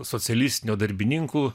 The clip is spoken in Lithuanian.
socialistinio darbininkų